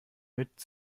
mit